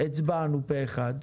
הצבענו פה אחד,